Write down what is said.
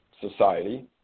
Society